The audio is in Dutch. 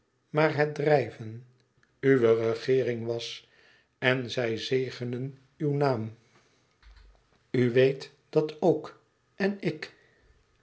maar het drijven uwer regeering was en zij zegenen uw naam u weet dat ook en ik